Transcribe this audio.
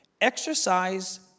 Exercise